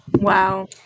Wow